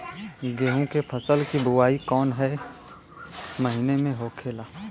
गेहूँ के फसल की बुवाई कौन हैं महीना में होखेला?